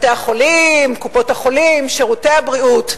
בתי-החולים, קופות-החולים, שירותי הבריאות,